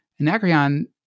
Anacreon